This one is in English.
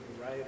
right